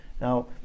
now